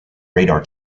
radar